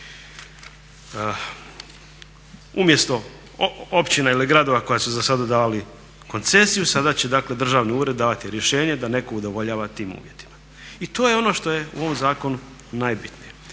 Umjesto općina i gradova koji su za sad davali koncesiju, sada će dakle državni ured davati rješenje da netko udovoljava tim uvjetima. I to je ono što je u ovom zakonu najbitnije.